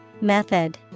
Method